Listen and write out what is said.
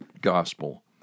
gospel